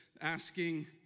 asking